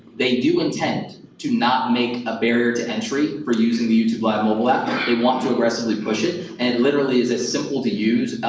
they do intend to not make a barrier to entry for using the youtube live mobile app. they want to aggressively push it, and literally, it's as simple-to-use,